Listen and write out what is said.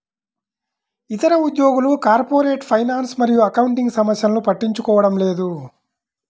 ఇతర ఉద్యోగులు corporate finance మరియు అకౌంటింగ్ సమస్యలను పట్టించుకోవడం లేదు